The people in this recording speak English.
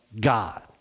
God